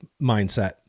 mindset